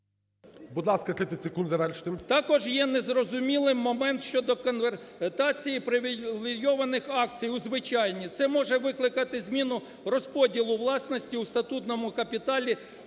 Будь ласка, 30 секунд, завершити. ОДАРЧЕНКО Ю.В. Також є незрозумілим момент щодо конвертації привілейованих акцій у звичайні. Це може викликати зміну розподілу власності у статутному капіталі